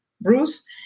Bruce